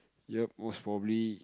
yup most probably